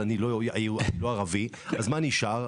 מה נשאר?